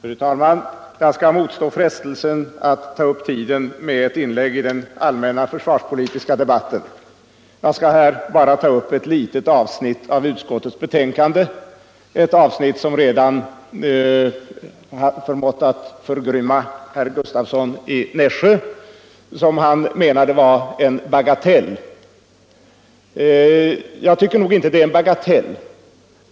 Fru talman! Jag skall motstå frestelsen att ta upp tiden med ett inlägg i den allmänna försvarspolitiska debatten. Jag skall här bara ta upp ett litet avsnitt av utskottsbetänkandet — ett avsnitt som förmått förgrymma herr Gustavsson i Nässjö. Han menade att det gäller en bagatell. Jag tycker nog inte att det är en bagatell.